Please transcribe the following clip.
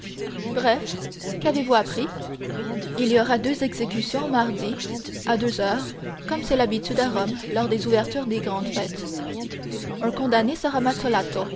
bref qu'avez-vous appris il y aura deux exécutions mardi à deux heures comme c'est l'habitude à rome lors des ouvertures des grandes fêtes un condamné